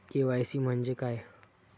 KYC म्हंजे काय?